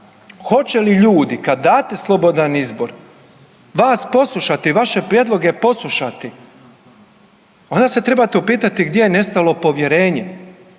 hoće li ljudi kad date slobodan izbor vas poslušati, vaše prijedloge poslušati, onda se trebate upitati gdje je nestalo povjerenje,